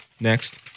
next